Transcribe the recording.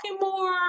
more